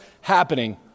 happening